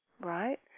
right